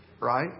right